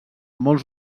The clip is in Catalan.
molts